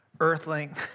earthling